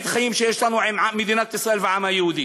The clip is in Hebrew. החיים שיש לנו עם מדינת ישראל והעם היהודי.